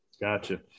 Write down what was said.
Gotcha